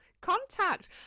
Contact